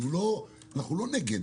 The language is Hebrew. אנחנו לא נגד.